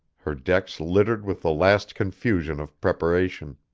her decks littered with the last confusion of preparation.